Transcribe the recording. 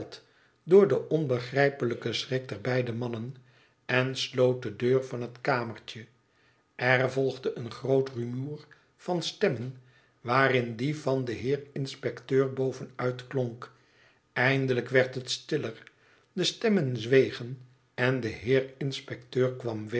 door den onbegrijpelijken schrik der beide mannen en sloot de deur van het kamertje r volgde een groot rumoer van stemmen waarin die van den heer inspecteur bovenuit klonk eindelijk werd het stiller de stemmen zwegen en de heer inspecteur kwam